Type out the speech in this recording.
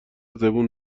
زبون